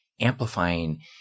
amplifying